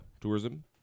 tourism